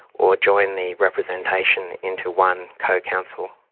or join the representation into one co-counsel.